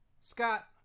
Scott